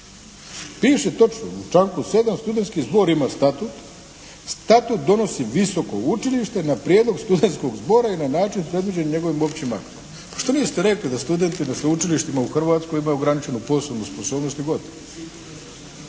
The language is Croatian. Piše točno u članku 7. studentski zbor ima statut. Statut donosi visoko učilište na prijedlog studentskog zbora i na način predviđen njegovim općim aktom. Pa što niste rekli da studenti na sveučilištima u Hrvatskoj imaju ograničenu poslovnu sposobnost i gotovo.